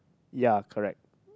ya correct